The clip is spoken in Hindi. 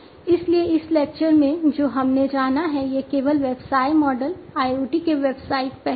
इसलिए इस लेक्चर में जो हमने जाना है वह केवल व्यवसाय मॉडल IoT के व्यावसायिक पहलू हैं